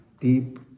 deep